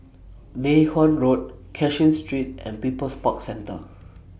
Mei Hwan Road Cashin Street and People's Park Centre